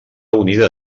unida